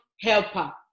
helper